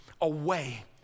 away